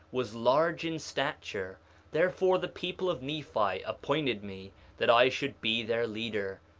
was large in stature therefore the people of nephi appointed me that i should be their leader,